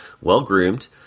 well-groomed